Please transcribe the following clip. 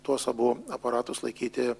tuos abu aparatus laikyti